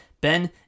Ben